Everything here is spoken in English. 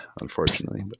unfortunately